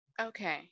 Okay